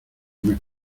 mes